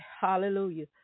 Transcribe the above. Hallelujah